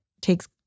takes